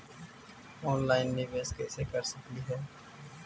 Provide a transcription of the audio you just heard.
Online निबेस कैसे कर सकली हे?